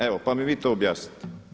Evo pa mi vi to objasnite.